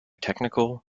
technical